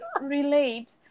relate